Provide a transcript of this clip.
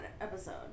episode